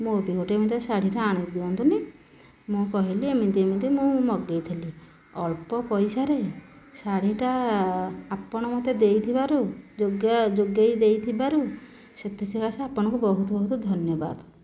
ମୋ ପାଇଁ ଗୋଟିଏ ଏମିତିଆ ଶାଢ଼ୀଟେ ଆଣିଦିଅନ୍ତୁନି ମୁଁ କହିଲି ଏମିତି ଏମିତି ମୁଁ ମଗାଇଥିଲି ଅଳ୍ପ ପଇସାରେ ଶାଢ଼ୀଟା ଆପଣ ମୋତେ ଦେଇଥିବାରୁ ଯୋଗାଇ ଦେଇଥିବାରୁ ସେଥି ସକାଶେ ଆପଣାକୁ ବହୁତ ବହୁତ ଧନ୍ୟବାଦ